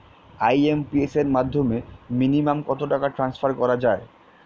IMPS এর মাধ্যমে minimum কত টাকা ট্রান্সফার করা যায়?